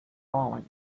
falling